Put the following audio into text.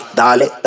dale